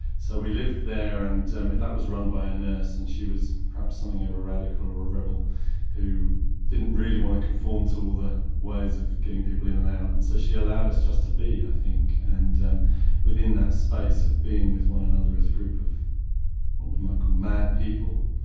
so we lived there, and that was run by a nurse, and she was perhaps something of a radical or a rebel who didn't really want to conform to all the ways of getting people in and out, and so she allowed us just to be i think. and and within that space of being with one another as a group of what we might call mad people,